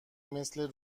مثل